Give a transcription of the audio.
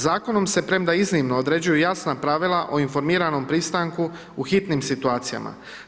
Zakonom se premda iznimno, određuju jasna pravila o informiranom pristanku u hitnim situacijama.